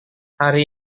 hari